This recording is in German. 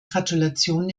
gratulation